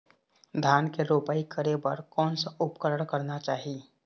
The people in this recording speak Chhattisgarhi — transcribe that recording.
धान के रोपाई करे बर कोन सा उपकरण करना चाही?